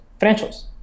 financials